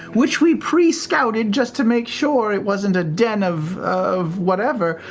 which we pre-scouted just to make sure it wasn't a den of of whatever.